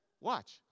Watch